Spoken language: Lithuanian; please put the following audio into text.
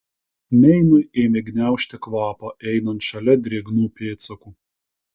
meinui ėmė gniaužti kvapą einant šalia drėgnų pėdsakų